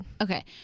Okay